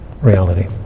reality